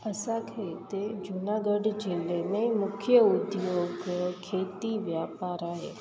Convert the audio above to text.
असांखे हिते जूनागढ जिले में मूंख उद्योग खेती वापारु आहे